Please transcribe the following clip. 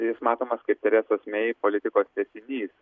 jis matomas kaip teresos mei politikos tęsinys